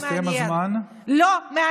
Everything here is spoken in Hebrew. הסתיים הזמן לפני עשר שניות.